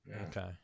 Okay